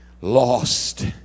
lost